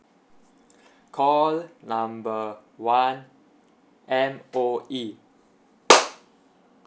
call number one M_O_E